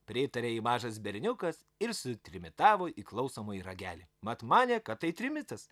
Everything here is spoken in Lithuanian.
pritarė jai mažas berniukas ir sutrimitavo į klausomąjį ragelį mat manė kad tai trimitas